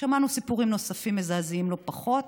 שמענו סיפורים נוספים, מזעזעים לא פחות.